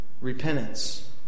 repentance